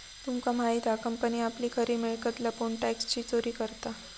तुमका माहित हा कंपनी आपली खरी मिळकत लपवून टॅक्सची चोरी करता